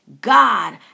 God